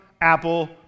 Apple